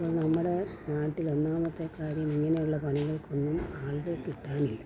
നമ്മുടെ നാട്ടിൽ ഒന്നാമത്തെ കാര്യം ഇങ്ങനെയുള്ള പണികൾക്കൊന്നും ആളിനെ കിട്ടാനില്ല